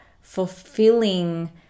fulfilling